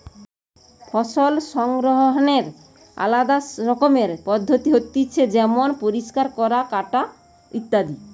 ফসল সংগ্রহনের আলদা রকমের পদ্ধতি হতিছে যেমন পরিষ্কার করা, কাটা ইত্যাদি